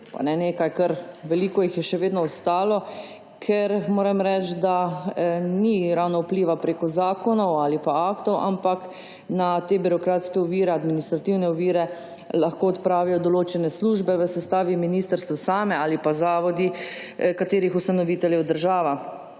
pa ne nekaj, kar veliko jih je še vedno ostalo, ker, moram reči, ni ravno vpliva preko zakonov ali pa aktov, pač pa te birokratske ovire, administrativne ovire lahko odpravijo določene službe v sestavi ministrstva ali pa zavodi, katerih ustanoviteljica je država.